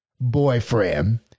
boyfriend